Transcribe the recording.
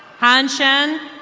pon shen